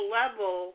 level